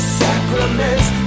sacraments